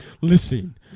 Listen